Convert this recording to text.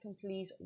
complete